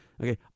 okay